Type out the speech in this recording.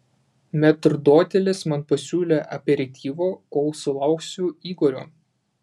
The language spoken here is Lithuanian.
metrdotelis man pasiūlė aperityvo kol sulauksiu igorio